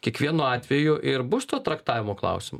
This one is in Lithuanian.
kiekvienu atveju ir bus tuo traktavimo klausimu